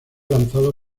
lanzado